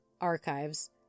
archives